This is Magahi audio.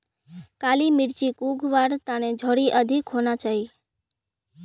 काली मिर्चक उग वार तने झड़ी अधिक होना चाहिए